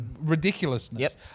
ridiculousness